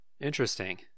Interesting